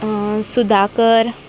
Sudhakar